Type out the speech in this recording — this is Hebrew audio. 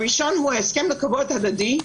הפתרון הראשון, הוא ההסכם לכבוד הדדי,